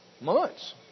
months